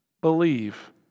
believe